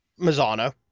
Mazzano